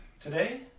today